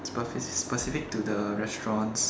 spefic~ specific to the restaurants